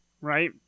right